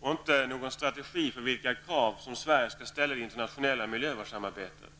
och inte någon strategi för vilka krav som Sverige skall ställa i det internationella miljövårdssamarbetet.